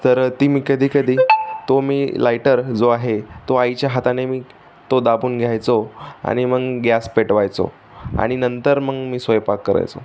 तर ती मी कधी कधी तो मी लायटर जो आहे तो आईच्या हाताने मी तो दाबून घ्यायचो आनि मग गॅस पेटवायचो आणि नंतर मग मी स्वयंपाक करायचो